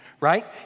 right